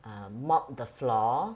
uh mop the floor